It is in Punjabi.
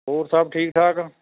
ਹੋਰ ਸਭ ਠੀਕ ਠਾਕ